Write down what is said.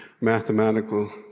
mathematical